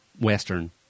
Western